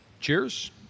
cheers